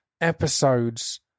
episodes